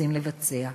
רוצים לבצע.